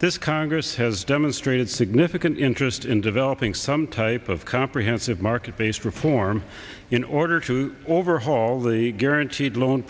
this congress has demonstrated significant interest in developing some type of comprehensive market based reform in order to overhaul the guaranteed loan